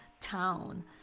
town